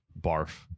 barf